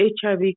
HIV